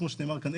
כמו שנאמר כאן,